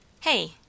Hey